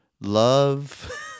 Love